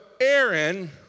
Aaron